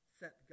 set